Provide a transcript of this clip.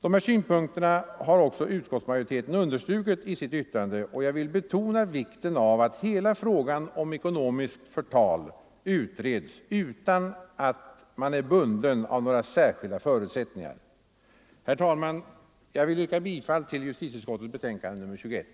Dessa synpunkter har också utskottsmajoriteten understrukit, och jag vill betona vikten av att hela frågan om ekonomiskt förtal utreds utan att man är bunden till några särskilda förutsättningar. Herr talman! Jag yrkar bifall till utskottets hemställan i justitieutskottets betänkande nr 21.